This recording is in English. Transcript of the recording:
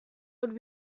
would